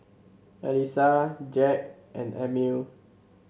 Alissa Jack and Emil